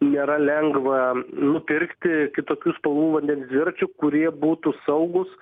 nėra lengva nupirkti kitokių spalvų vandens dviračių kurie būtų saugūs